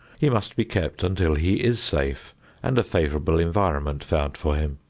he must be kept until he is safe and a favorable environment found for him.